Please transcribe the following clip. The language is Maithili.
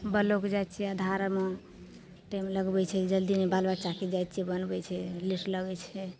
ब्लॉक जाइ छिए आधारमे टाइम लगबै छै जल्दी नहि बनबै चाहै छै जाइ छिए बनबै छै लेट लगै छै